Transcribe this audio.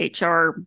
HR